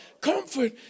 comfort